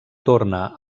torna